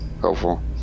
helpful